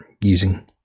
using